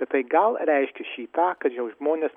bet tai gal reiškia šį tą kad jau žmonės